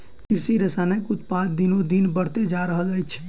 कृषि रसायनक उत्पादन दिनोदिन बढ़ले जा रहल अछि